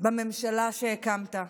בממשלה שהקמת?